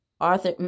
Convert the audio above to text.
Arthur